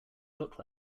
look